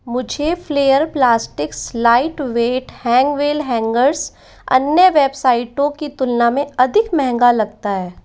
मुझे Flair plastics light weight Hangwell hangers अन्य वेबसाइटों की तुलना में अधिक महंगा लगता है